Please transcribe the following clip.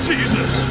Jesus